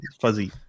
fuzzy